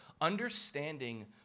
understanding